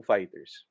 Fighters